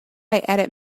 edit